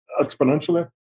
exponentially